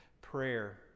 Prayer